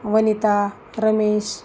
Vanita Ramesh